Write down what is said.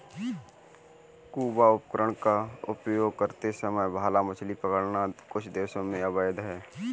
scuba उपकरण का उपयोग करते समय भाला मछली पकड़ना कुछ देशों में अवैध है